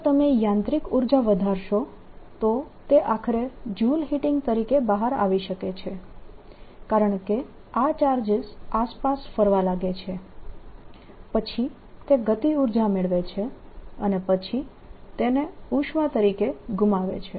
જો તમે યાંત્રિક ઉર્જા વધારશો તો તે આખરે જૂલ હીટિંગ તરીકે બહાર આવી શકે છે કારણકે આ ચાર્જીસ આસપાસ ફરવા લાગે છે પછી તે ગતિ ઉર્જા મેળવે છે અને પછી તેને ઉષ્મા તરીકે ગુમાવે છે